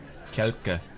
Kelka